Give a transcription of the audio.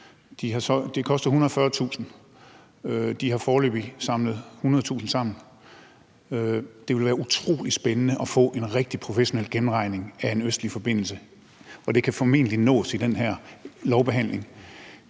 Det koster 140.000 kr., og de har foreløbig samlet 100.000 kr. sammen. Det ville være utrolig spændende at få en rigtig professionel gennemregning af en østlig forbindelse, og det kan formentlig nås i den her lovbehandling.